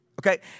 Okay